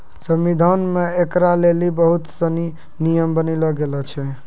संविधान मे ऐकरा लेली बहुत सनी नियम बनैलो गेलो छै